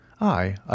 I